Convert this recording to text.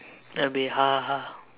there will be haha